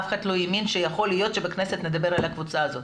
אף אחד לא האמין שיכול להיות שבכנסת נדבר על הקבוצה הזאת.